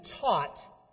taught